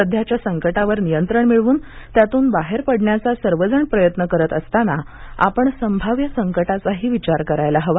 सध्याच्या संकटावर नियंत्रण मिळवून त्यातून बाहेर पडण्याचा सर्व जण प्रयत्न करत असताना आपण संभाव्य संकटाचाही विचार करायला हवा